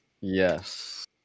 Yes